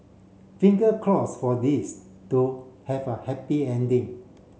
finger cross for this to have a happy ending